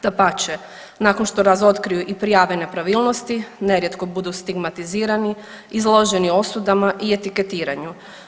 Dapače, nakon što razotkriju i prijave nepravilnosti nerijetko budu stigmatizirani, izloženi osudama i etiketiranju.